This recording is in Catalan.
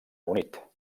unit